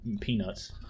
peanuts